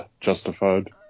Justified